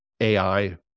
AI